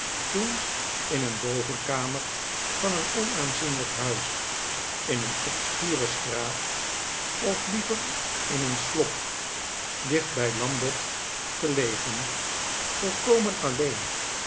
toen in een bovenkamer van een onaanzienlijk huis in een obscure straat of liever in een slop dicht bij lambeth gelegen volkomen alleen